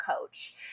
coach